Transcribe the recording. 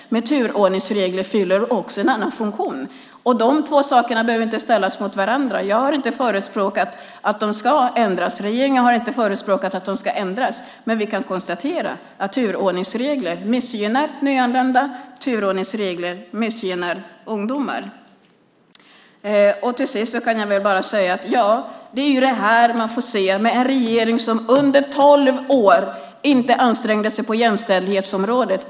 Men turordningsregler fyller också en annan funktion, och dessa två saker behöver inte ställas mot varandra. Jag har inte förespråkat att de ska ändras. Regeringen har inte förespråkat att de ska ändras, men vi kan konstatera att turordningsregler missgynnar nyanlända och ungdomar. Till sist kan jag bara säga att det är det här man får se med en regering som under tolv år inte ansträngde sig på jämställdhetsområdet.